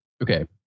Okay